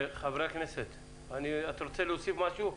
אתה רוצה להוסיף משהו?